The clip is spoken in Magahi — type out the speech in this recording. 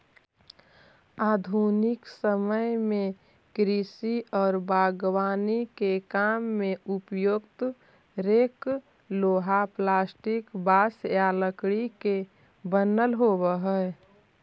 आधुनिक समय में कृषि औउर बागवानी के काम में प्रयुक्त रेक लोहा, प्लास्टिक, बाँस या लकड़ी के बनल होबऽ हई